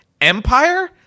empire